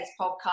podcast